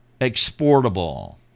exportable